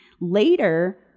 Later